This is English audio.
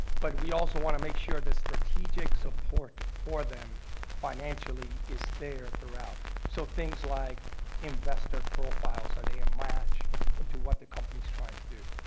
but we also want to make sure the strategic support for them financially is there throughout. so, things like investor profiles, are they a match to what the company is trying to do?